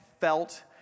felt